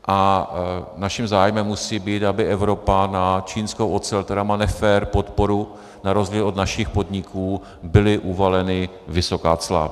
A naším zájmem musí být, aby Evropa na čínskou ocel, která má nefér podporu na rozdíl od našich podniků, byla uvalena vysoká cla.